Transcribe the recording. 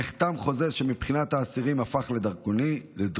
נחתם חוזה שמבחינת האסירים הפך לדרקוני,